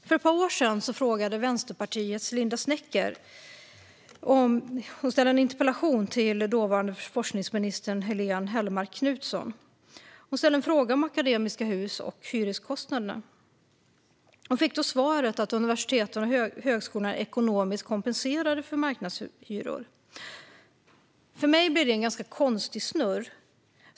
För ett par år sedan ställde Vänsterpartiets Linda Snecker en interpellation till dåvarande forskningsminister Helene Hellmark Knutsson om Akademiska Hus och hyreskostnaderna och fick då svaret att universitet och högskolor blir ekonomiskt kompenserade för marknadshyror. För mig blir det en ganska konstig snurr.